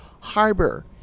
harbor